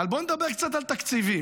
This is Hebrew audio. בואו נדבר קצת על תקציבים.